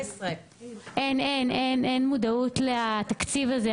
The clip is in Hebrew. אין מודעות לתקציב הזה.